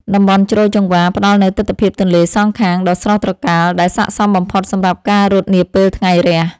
តំបន់ជ្រោយចង្វារ ផ្ដល់នូវទិដ្ឋភាពទន្លេសងខាងដ៏ស្រស់ត្រកាល ដែលស័ក្តិសមបំផុតសម្រាប់ការរត់នាពេលថ្ងៃរះ។